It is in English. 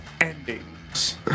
endings